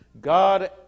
God